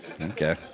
Okay